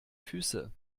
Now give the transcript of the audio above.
füße